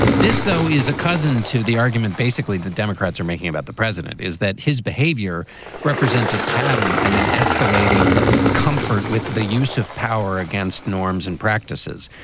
this, though, is a cousin to the argument basically the democrats are making about the president is that his behavior represents a pattern and then escalating comfort with the use of power against norms and practices.